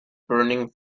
burning